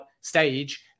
stage